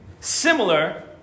similar